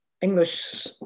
English